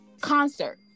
concert